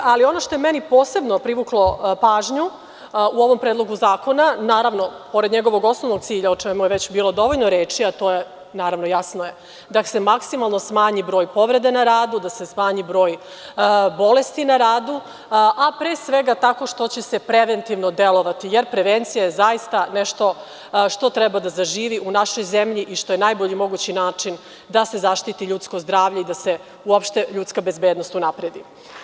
Ali, ono što je meni posebno privuklo pažnju u ovom Predlogu zakona, naravno, pored njegovog osnovnog cilja, o čemu je već bilo dovoljno reči, a to je, jasno je, da se maksimalno smanji broj povreda na radu, da se smanji broj bolesti na radu, a pre svega tako što će se preventivno delovati, jer prevencija je nešto što treba da zaživi u našoj zemlji i što je najbolji način da se zaštiti ljudsko zdravlje i da se uopšte ljudska bezbednost unapredi.